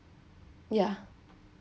ya